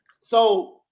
So-